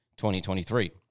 2023